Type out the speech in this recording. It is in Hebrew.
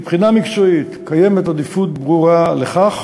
מבחינה מקצועית קיימת עדיפות ברורה לכך